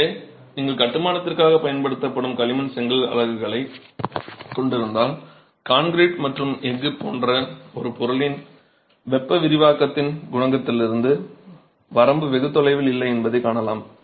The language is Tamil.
எனவே நீங்கள் கட்டுமானத்திற்காகப் பயன்படுத்தும் களிமண் செங்கல் அலகுகளைக் கொண்டிருந்தால் கான்கிரீட் மற்றும் எஃகு போன்ற ஒரு பொருளின் வெப்ப விரிவாக்கத்தின் குணகத்திலிருந்து வரம்பு வெகு தொலைவில் இல்லை என்பதைக் காணலாம்